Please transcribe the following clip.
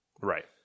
right